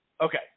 okay